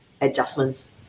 adjustments